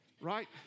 right